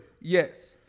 Yes